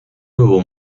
nuevo